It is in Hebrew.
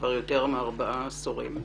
כבר יותר מארבעה עשורים,